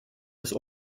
des